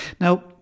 Now